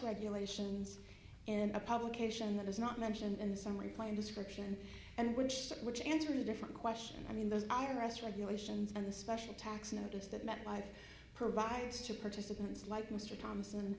regulations in a publication that was not mentioned in the summary plain description and which which answer a different question i mean those onerous regulations and the special tax notice that metlife provides to participants like mr thompson